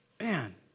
Man